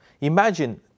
Imagine